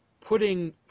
putting